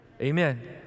amen